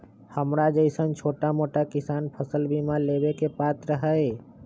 हमरा जैईसन छोटा मोटा किसान फसल बीमा लेबे के पात्र हई?